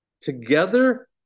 Together